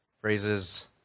phrases